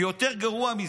ויותר גרוע מזה: